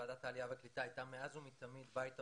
ועדת העלייה והקליטה שהייתה מאז ומתמיד בית עבורנו,